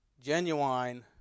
genuine